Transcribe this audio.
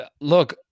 Look